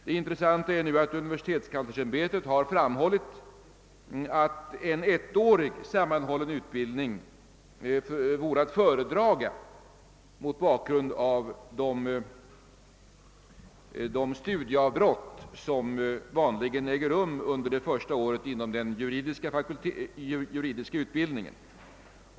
Det intressanta är nu att universitetskanslersämbetet har framhållit att en ettårig, sammanhållen utbildning vore att föredra mot bakgrund av de studieavbrott som vanligen äger rum under det första året inom den juridiska utbildningen.